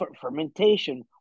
fermentation